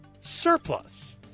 surplus